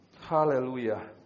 Hallelujah